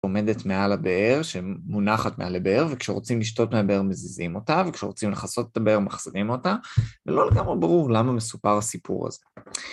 עומדת מעל הבאר... מונחת מעל הבאר, וכשרוצים לשתות מהבעא מזיזים אותה, וכשרוצים לחסות את הבאר מחזירים אותה, ולא לגמרי ברור למה מסופר הסיפור הזה.